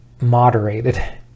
moderated